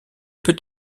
peut